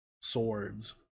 swords—